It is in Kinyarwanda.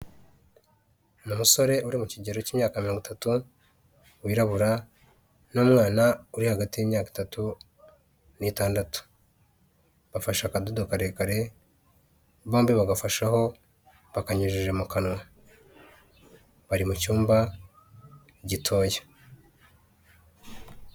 Ni umusore uri mu kigero cy'imyaka mirongo itatu, wirabura n'umwana uri hagati y'imyaka itatu n'itandatu. Bafashe akadodo karekare, bombi bagafashaho bakanyujije mu kanwa. Bari mu cyumba gitoya.